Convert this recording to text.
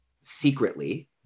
secretly